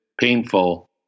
painful